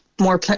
more